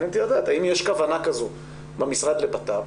מעניין אותי לדעת האם יש כוונה כזאת במשרד לביטחון פנים,